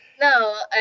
No